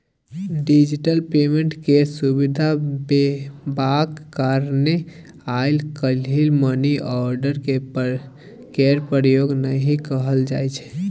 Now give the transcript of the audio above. digital payment केर सुविधा हेबाक कारणेँ आइ काल्हि मनीआर्डर केर प्रयोग नहि कयल जाइ छै